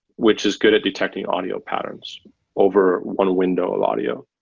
which is good at detecting audio patterns over one window of audio.